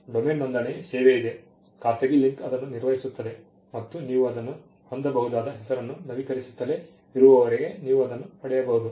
domain ನೋಂದಣಿ ಸೇವೆ ಇದೆ ಖಾಸಗಿ ಲಿಂಕ್ ಅದನ್ನು ನಿರ್ವಹಿಸುತ್ತದೆ ಮತ್ತು ನೀವು ಅದನ್ನು ಹೊಂದಬಹುದಾದ ಹೆಸರನ್ನು ನವೀಕರಿಸುತ್ತಲೇ ಇರುವವರೆಗೆ ನೀವು ಅದನ್ನು ಪಡೆಯಬಹುದು